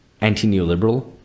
anti-neoliberal